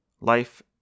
Life